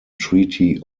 treaty